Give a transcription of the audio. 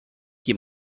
qui